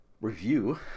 review